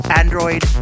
android